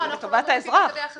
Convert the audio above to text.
אתם רוצים שזה ייכנס גם?